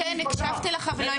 להיפך.